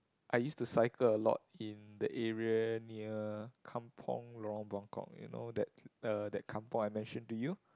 I used to cycle a lot in the area near kampung Lorong Buangkok you know that the that kampung I mentioned to you